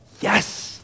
Yes